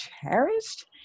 cherished